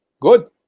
good